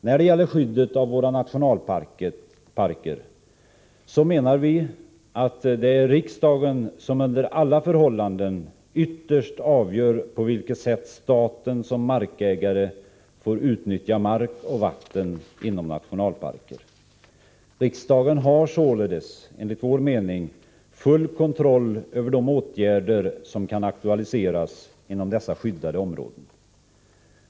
När det gäller skyddet av våra nationalparker menar vi att det är riksdagen som under alla förhållanden ytterst avgör på vilket sätt staten som markägare får utnyttja mark och vatten inom nationalparker. Riksdagen har således enligt vår mening full kontroll över de åtgärder som kan aktualiseras inom dessa skyddade områden.